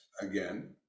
Again